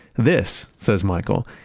this says michael,